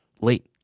late